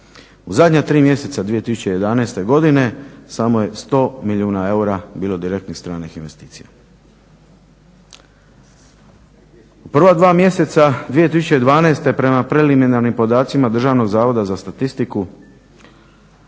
U zadnja tri mjeseca 2011. godine samo je 100 milijuna eura bilo direktnih stranih investicija. U prva dva mjeseca 2012. prema preliminarnim podacima DZS-a izvoz robe iz Hrvatske